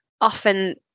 Often